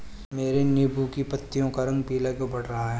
मेरे नींबू की पत्तियों का रंग पीला क्यो पड़ रहा है?